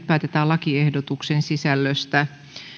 päätetään lakiehdotuksen sisällöstä